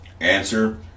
Answer